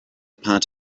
part